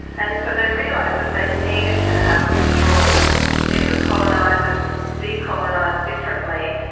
and so they realised that they needed to have a withdrawal. and different colonisers decolonised differently,